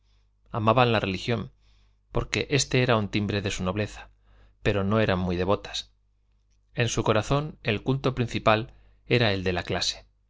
amaban la religión porque éste era un timbre de su nobleza pero no eran muy devotas en su corazón el culto principal era el de la clase